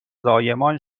زایمان